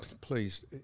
please